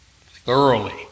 Thoroughly